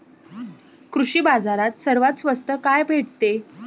कृषी बाजारात सर्वात स्वस्त काय भेटते?